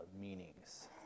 meanings